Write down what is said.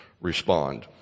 respond